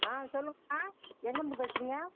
ஆ சொல்லுங்கம்மா எங்கேருந்து பேசுறீங்கள்